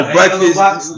Breakfast